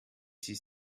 sie